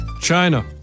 China